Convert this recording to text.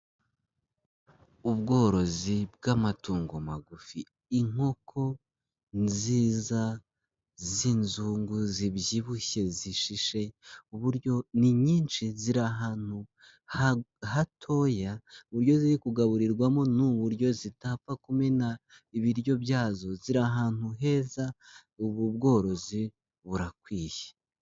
Ubworozi bw'amatungo magufi, inkoko nziza z'inzungu, zibyibushye, zishishe, uburyo ni nyinshi ziri ahantu hatoya, uburyo ziri kugaburirwamo n'uburyo zitapfa kumena ibiryo byazo, ziri ahantu heza ubu bworozi burakwiye.